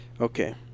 Okay